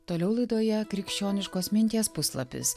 toliau laidoje krikščioniškos minties puslapis